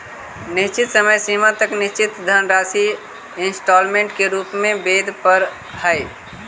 निश्चित समय सीमा तक निश्चित धनराशि इंस्टॉलमेंट के रूप में वेदे परऽ हई